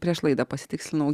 prieš laidą pasitikslinau